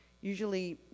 Usually